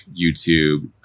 YouTube